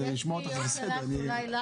לשמוע אותך זה בסדר,